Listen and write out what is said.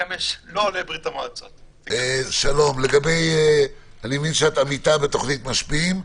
אני מבין שאת עמיתה בתוכנית משפיעים.